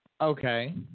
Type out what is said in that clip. Okay